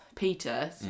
Peter